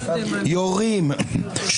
יורים,